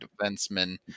defenseman